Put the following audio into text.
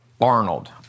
Arnold